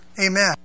Amen